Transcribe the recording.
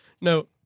no